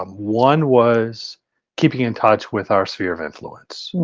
um one was keeping in touch with our sphere of influence.